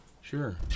Sure